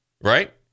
right